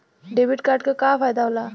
Debit card क का फायदा हो ला?